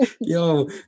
Yo